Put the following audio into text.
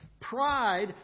Pride